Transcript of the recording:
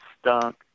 stunk